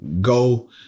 go